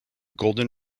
golden